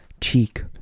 cheek